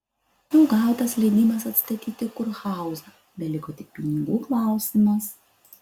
jau gautas leidimas atstatyti kurhauzą beliko tik pinigų klausimas